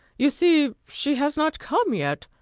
you see, she has not come yet,